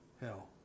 hell